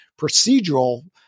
procedural